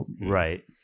right